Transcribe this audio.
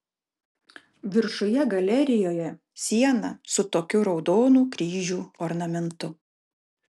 viršuje galerijoje siena su tokiu raudonų kryžių ornamentu